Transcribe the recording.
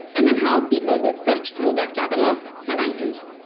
and then how people will search through that catalog and items.